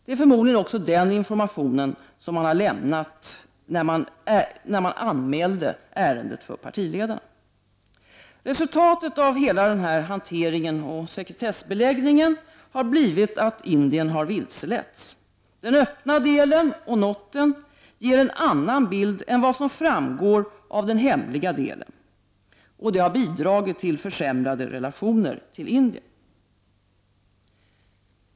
Det är förmodligen också denna information som man har lämnat när man anmälde ärendet för partiledarna. Resultatet av hela den här hanteringen och sekretessbeläggningen har blivit att Indien har vilseletts. Den öppna delen och noten ger en annan bild än vad som framgår av den hemliga delen. Detta har bidragit till försämrade relationer till Indien.